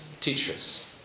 teachers